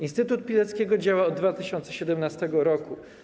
Instytut Pileckiego działa od 2017 r.